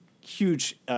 huge